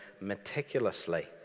meticulously